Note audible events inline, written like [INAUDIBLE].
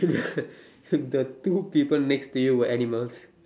[LAUGHS] the two people next to you were animals